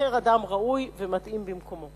וייבחר אדם ראוי ומתאים במקומו.